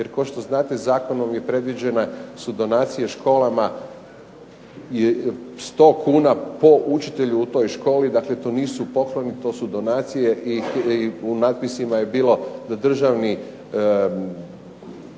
Jer kao što znate zakonom su predviđena donacije školama 100 kuna po učitelju toj školi, dakle to nisu pokloni, to su donacije i u natpisima je bilo da državni